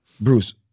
Bruce